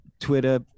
Twitter